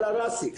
עלא ראסי.